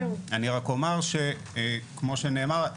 כמו שנאמר,